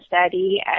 Study